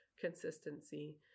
consistency